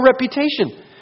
reputation